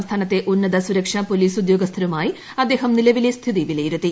സംസ്ഥാനത്തെ ഉന്നത സുരക്ഷാ പോലീസ് ഉദ്യോസ്ഥരുമായി അദ്ദേഹം നിലവിലെ സ്ഥിതി വിലയിരുത്തി